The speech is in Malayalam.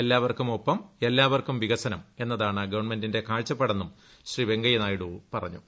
എല്ലാവർക്കും ഒപ്പം എല്ലാവർക്കും വികസനം എന്നതാണ് ഗവൺമെന്റിന്റെ കാഴ്ചപ്പാടെന്നും ശ്രീ വെങ്കയ്യ നായിഡു പറഞ്ഞു